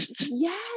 Yes